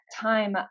time